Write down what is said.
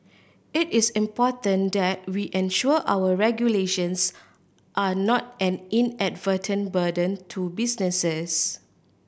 it is important that we ensure our regulations are not an inadvertent burden to businesses